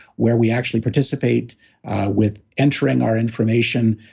where we actually participate with entering our information,